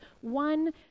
one